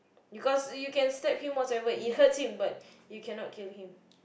because you can stab him whatsoever it hurts him but you cannot kill him